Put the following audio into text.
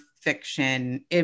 fiction